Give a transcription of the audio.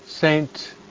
Saint